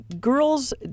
girls